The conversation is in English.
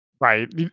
Right